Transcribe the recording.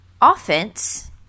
offense